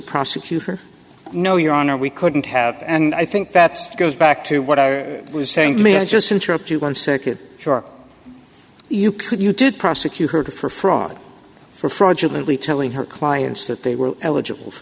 prosecute her no your honor we couldn't have and i think that goes back to what i was saying to me i just interrupt you one second shark you could you did prosecute her for fraud for fraudulent lee telling her clients that they were eligible for